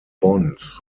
bonds